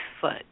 foot